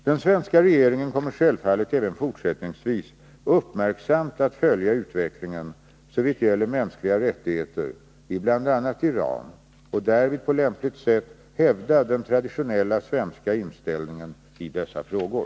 Den svenska regeringen kommer självfallet även fortsättningsvis att uppmärksamt följa utvecklingen såvitt gäller mänskliga rättigheter i bl.a. Iran och därvid på lämpligt sätt hävda den traditionella svenska inställningen i dessa frågor.